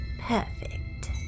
Perfect